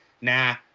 Nah